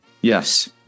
Yes